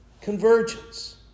convergence